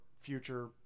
future